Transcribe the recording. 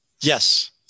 yes